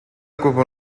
ocupa